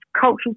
cultural